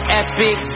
epic